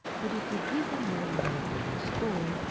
but if we give them more than what they can store,